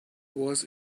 was